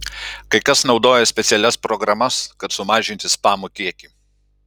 kai kas naudoja specialias programas kad sumažinti spamo kiekį